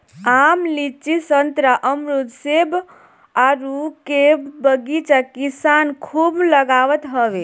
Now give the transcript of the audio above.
आम, लीची, संतरा, अमरुद, सेब, आडू के बगीचा किसान खूब लगावत हवे